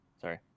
Sorry